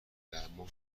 درمان